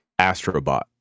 Astrobot